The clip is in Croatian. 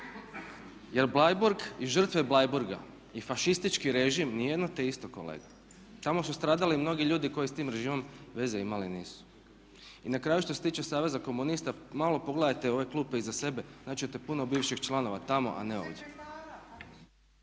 Jer Bleiburg i žrtve Bleiburga i fašistički režim nije jedno te isto. Tamo su stradali i mnogi ljudi koji s tim režimom veze imali nisu. I na kraju što se tiče Saveza komunista malo pogledajte ove klupe iza sebe naći ćete puno bivših članova tamo, a ne ovdje.